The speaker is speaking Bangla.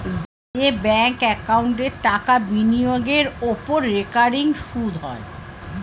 যে ব্যাঙ্ক একাউন্টে টাকা বিনিয়োগের ওপর রেকারিং সুদ হয়